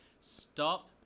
Stop